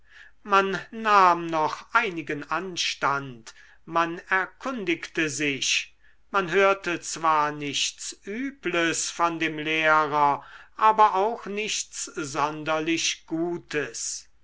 man nahm noch einigen anstand man erkundigte sich man hörte zwar nichts übles von dem lehrer aber auch nichts sonderlich gutes